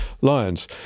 lions